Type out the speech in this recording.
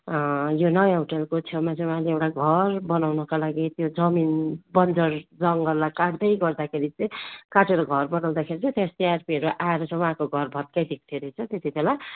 यो नयाँ होटेलको छेउमा चाहिँ उहाँले एउटा घर बनाउनको लागि त्यो जमिन बन्जर जङ्गललाई काट्दै गर्दाखेरि चैँ काटेर घर बनाउँदाखेरि चाहिँ त्यहाँ सिआरपीहरू आएर उहाँको घर भत्काइदिएको थियो रहेछ त्यति बेला